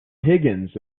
higgins